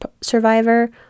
survivor